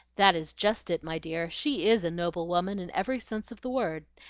that is just it, my dear she is a noble woman in every sense of the word,